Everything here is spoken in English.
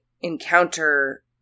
encounter